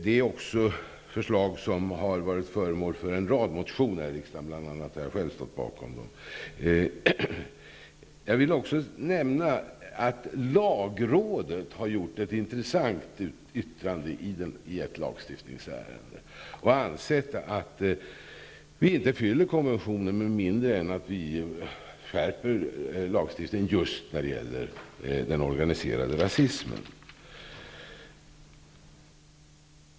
Det är också förslag som har varit föremål för en rad motioner här i riksdagen, som bl.a. jag själv har stått bakom. Jag vill också nämna att lagrådet har gjort ett intressant yttrande i ett lagstiftningsärende och sagt att vi inte uppfyller kraven i konventionen med mindre att vi skärper lagstiftningen vad gäller den organiserade rasismen.